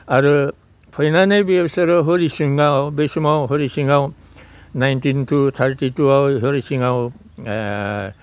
आरो फैनानै बिसोरो हरिसिङायाव बै समाव हरिसिङायाव नाइन्टिन थार्टिटुआव हरिसिङायाव